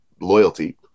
loyalty